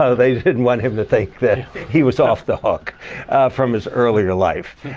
ah they didn't want him to think that he was off the hook from his earlier life.